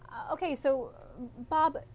okay. so bob,